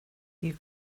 you